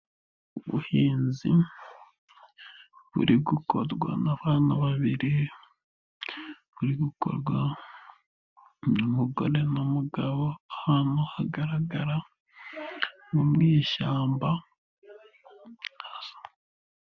Ubuhinzi buri gukorwa n'abantu babiri, buri gukorwa n'umugore n'umugabo, ahantu hagaragara ni mu shyamba.